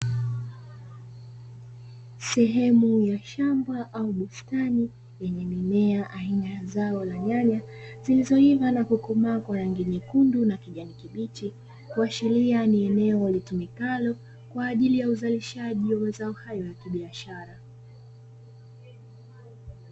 Sehemu ya shamba au bustani yenye mimea aina ya zao la nyanya zilizoiva na kukomaa kwa rangi nyekundu na kijani kibichi, kuashiria ni eneo litumikalo kwa ajili ya uzalishaji wa mazao hayo ya kibiashara.